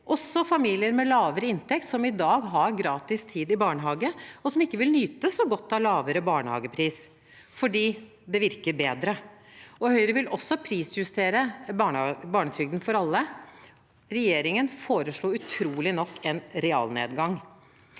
også familier med lavere inntekt som i dag har gratis tid i barnehage, og som ikke vil nyte så godt av lavere barnehagepris – og fordi det virker bedre. Høyre vil også prisjustere barnetrygden for alle. Regjeringen foreslo utrolig nok en realnedgang.